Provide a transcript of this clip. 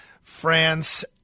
france